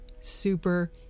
super